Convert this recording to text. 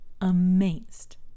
amazed